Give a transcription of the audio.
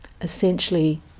essentially